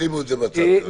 שימו את זה בצד כרגע.